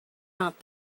not